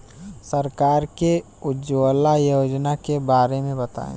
सरकार के उज्जवला योजना के बारे में बताईं?